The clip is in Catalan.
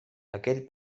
aquell